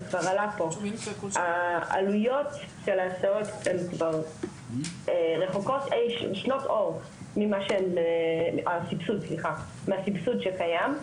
העלויות של ההסעות רחוקות שנות אור מהסבסוד שקיים.